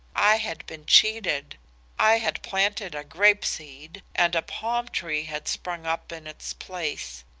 i had been cheated i had planted a grape seed and a palm tree had sprung up in its place.